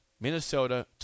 Minnesota